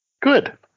Good